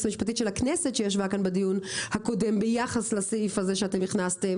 המשפטית של הכנסת שישבה כאן בדיון הקודם ביחס לסעיף הזה שהכנסתם,